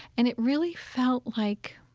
and it really felt like